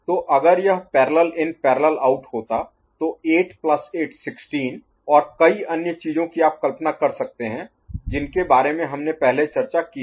तो अगर यह पैरेलल इन पैरेलल आउट होता तो 8 प्लस 8 16 और कई अन्य चीजों की आप कल्पना कर सकते हैं जिनके बारे में हमने पहले चर्चा की थी